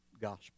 gospel